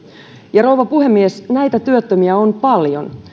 ja rouva puhemies näitä työttömiä on paljon